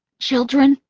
children,